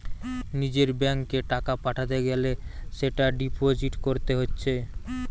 নিজের ব্যাংকে টাকা পাঠাতে গ্যালে সেটা ডিপোজিট কোরতে হচ্ছে